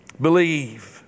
Believe